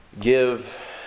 give